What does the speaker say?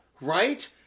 right